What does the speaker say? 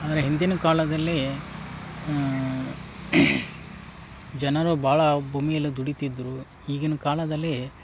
ಆದರೆ ಹಿಂದಿನ ಕಾಲದಲ್ಲಿ ಜನರು ಭಾಳ ಭೂಮಿಯಲ್ಲಿ ದುಡೀತಿದ್ರು ಈಗಿನ ಕಾಲದಲ್ಲಿ